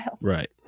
Right